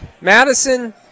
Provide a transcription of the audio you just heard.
Madison